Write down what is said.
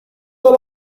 دلار